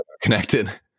connected